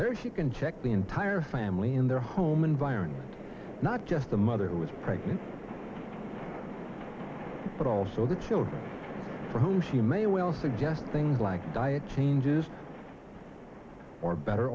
you can check the entire family in their home environment not just the mother who was pregnant but also the children for whom she may well suggest things like change or better